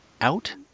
out